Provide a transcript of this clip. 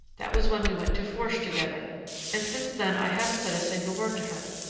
that was when we went to fourche together and since then i haven't said a single word to her.